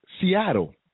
Seattle